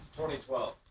2012